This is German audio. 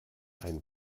ein